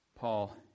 Paul